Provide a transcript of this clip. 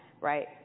right